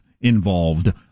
involved